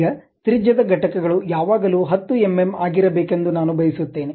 ಈಗ ತ್ರಿಜ್ಯದ ಘಟಕಗಳು ಯಾವಾಗಲೂ 10 ಎಂಎಂ ಆಗಿರಬೇಕೆಂದು ನಾನು ಬಯಸುತ್ತೇನೆ